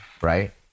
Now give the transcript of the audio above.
right